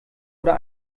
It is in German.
oder